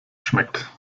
schmeckt